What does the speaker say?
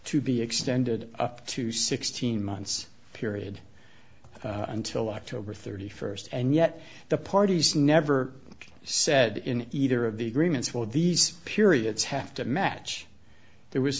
to be extended up to sixteen months period until october thirty first and yet the parties never said in either of the agreements for these periods have to match there was